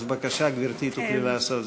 אז בבקשה, גברתי, תוכלי לעשות זאת.